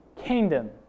kingdom